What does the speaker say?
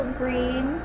green